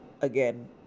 again